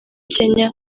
kenya